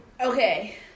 Okay